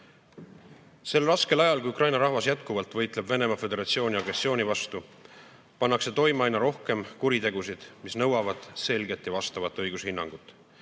Sel raskel ajal, kui Ukraina rahvas jätkuvalt võitleb Venemaa Föderatsiooni agressiooni vastu, pannakse toime aina rohkem kuritegusid, mis nõuavad selget ja vastavat õigushinnangut.